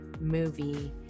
movie